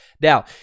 Now